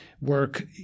work